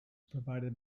provided